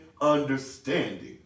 understanding